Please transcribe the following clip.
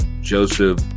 Joseph